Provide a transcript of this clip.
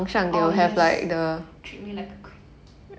oh yes treat me like a queen